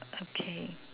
okay